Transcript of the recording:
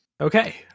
Okay